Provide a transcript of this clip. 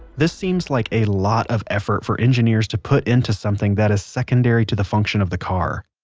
this seems like a lot of effort for engineers to put into something that is secondary to the function of the car.